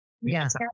yes